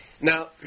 Now